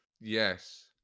Yes